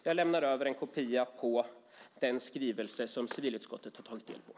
Jag lämnar över en kopia på den skrivelse som civilutskottet har tagit del av.